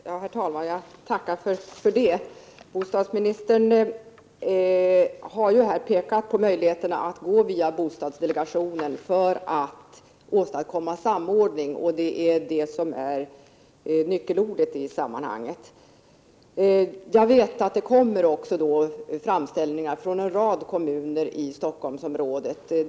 Herr talman! Jag tackar för det. Bostadsministern har här pekat på möjligheten att gå via bostadsdelegationen för att åstadkomma samordning. Det är nyckelordet i detta sammanhang. Jag vet att det också kommer framställningar från en rad kommuner i Stockholmsområdet.